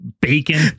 bacon